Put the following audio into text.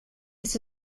this